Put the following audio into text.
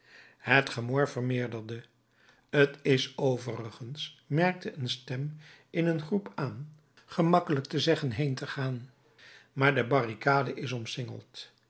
het gemor vermeerderde t is overigens merkte een stem in een groep aan gemakkelijk te zeggen heen te gaan maar de barricade is